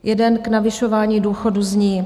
Jeden k navyšování důchodů zní: